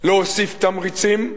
להוסיף תמריצים.